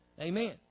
Amen